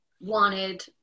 wanted